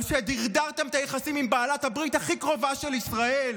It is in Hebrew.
על שדרדרתם את היחסים עם בעלת הברית הכי קרובה של ישראל?